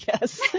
yes